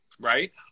Right